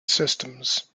systems